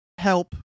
help